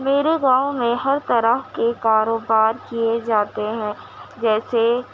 میرے گاؤں میں ہر طرح کے کاروبار کیے جاتے ہیں جیسے